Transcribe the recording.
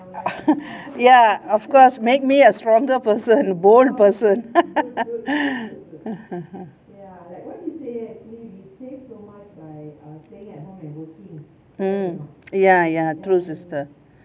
ya of course make me a stronger person bold person mm ya ya true sister